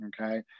okay